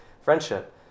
friendship